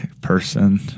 person